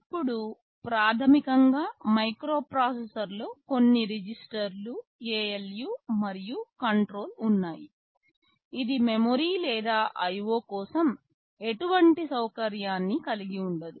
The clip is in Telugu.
ఇప్పుడు ప్రాథమికంగా మైక్రోప్రాసెసర్లో కొన్ని రిజిస్టర్లు ALU మరియు కంట్రోల్ ఉన్నాయి ఇది మెమరీ లేదా IO కోసం ఎటువంటి సౌకర్యాన్ని కలిగి ఉండదు